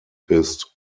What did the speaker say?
ist